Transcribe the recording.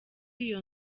iyo